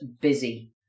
busy